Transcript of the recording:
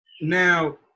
Now